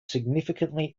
significantly